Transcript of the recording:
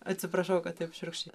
atsiprašau kad taip šiurkščiai